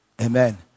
Amen